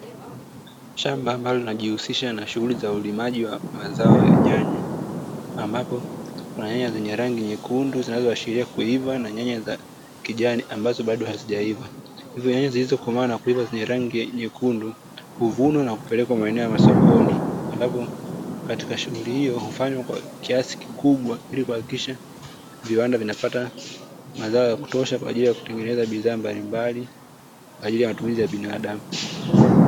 Shamba ambalo linajihusisha na shughuli za ulimaji wa mazao ya nyanya ambapo kuna nyanya za rangi nyekundu zinazoashiria kuivaa na nyanya za kijani ambazo bado hazijaivaa, hivo nyanya zilizokomaa na kuivaa zenye rangi nyekundu huvunwa na kupelekwa maeneo ya masokoni. Ambapo katika shughuli hio hufanywa kwa kiasi kikubwa ilikuhakikisha viwanda vinapata mazao ya kutosha kwa ajili ya kutengeneza bidhaa mbalimbali kwa ajili ya matumizi ya binadamu.